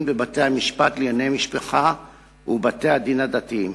בבתי-המשפט לענייני משפחה ובבתי-הדין הדתיים.